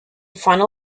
final